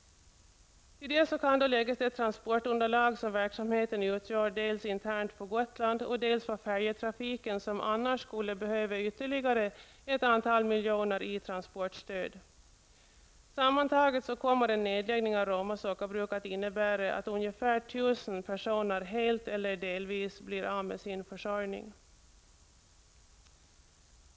Till detta kan läggas det transportunderlag som verksamheten utgör dels internt på Gotland, dels för färjetrafiken, som annars skulle behöva ytterligare ett antal miljoner i transportstöd. Sammantaget kommer en nedläggning av Roma sockerbruk att innebära att ungefär 1 000 personer helt eller delvis blir av med sin försörjning.